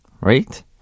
right